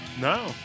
No